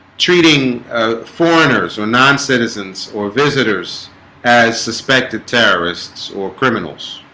treating foreigners or non-citizens or visitors as suspected terrorists or criminals